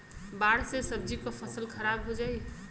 बाढ़ से सब्जी क फसल खराब हो जाई